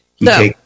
No